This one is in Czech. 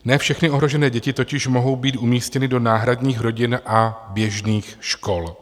Ne všechny ohrožené děti totiž mohou být umístěny do náhradních rodin a běžných škol.